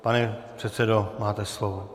Pane předsedo, máte slovo.